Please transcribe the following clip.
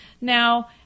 Now